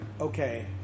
Okay